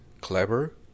clever